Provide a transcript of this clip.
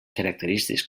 característiques